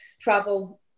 travel